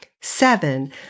Seven